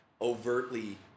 overtly